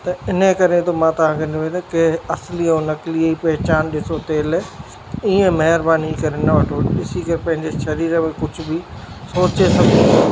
त इन करे त मां तव्हांखे निवेदन कई त असली ऐं नकलीअ ई पहिचानु ॾिसो तेल ईअं महिरबानी करे न वठो ॾिसी करे पंहिंजो शरीर जो कुझ बि सोचे सम्झी करे वठो